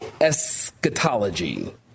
Eschatology